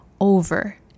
over